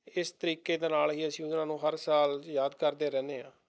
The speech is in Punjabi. ਇਸ ਤਰੀਕੇ ਦੇ ਨਾਲ ਹੀ ਅਸੀਂ ਉਹਨਾਂ ਨੂੰ ਹਰ ਸਾਲ ਯਾਦ ਕਰਦੇ ਰਹਿੰਦੇ ਹਾਂ